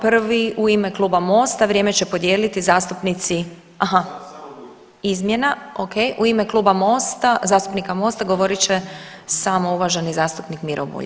Prvi u ime Kluba MOST-a vrijeme će podijeliti zastupnici, aha, izmjena, ok, u ime Kluba MOST-a, zastupnika MOST-a govorit će samo uvaženi zastupnik Miro Bulj.